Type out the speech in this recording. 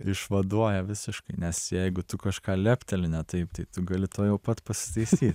išvaduoja visiškai nes jeigu tu kažką lepteli ne taip tai tu gali tuojau pat pasitaisyt